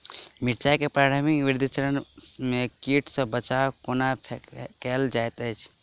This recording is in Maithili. मिर्चाय केँ प्रारंभिक वृद्धि चरण मे कीट सँ बचाब कोना कैल जाइत अछि?